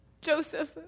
Joseph